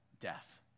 death